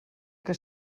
que